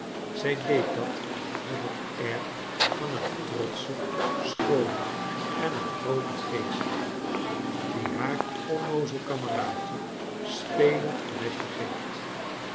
zij deed dat met het air van een trotsche schoone en een grooten geest die haar onnoozel kameraadje spelend een lesje geeft